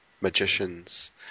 magicians